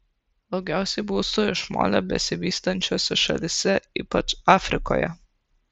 daugiausiai būstų iš molio besivystančiose šalyse ypač afrikoje